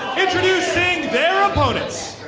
introducing their opponents.